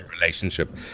relationship